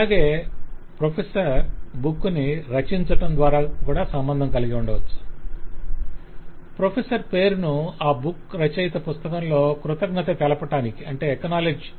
అలాగే professor book ని రచించటం wroteauthor ద్వారా సంబంధం కలిగియుండవచ్చు ప్రొఫెసర్ పేరును ఆ బుక్ రచయిత పుస్తకంలో కృతజ్ఞత తెలపటానికి పేర్కొనవచ్చు